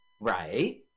Right